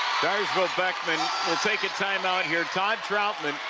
dyersville beckman will take a time-out here todd troutman.